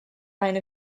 line